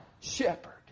shepherd